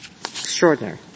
Extraordinary